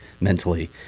mentally